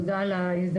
תודה על ההזדמנות.